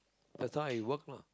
that's why I work lah